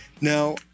Now